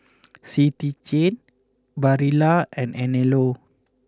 City Chain Barilla and Anello